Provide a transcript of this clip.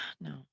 No